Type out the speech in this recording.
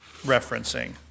referencing